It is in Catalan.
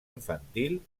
infantil